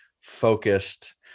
focused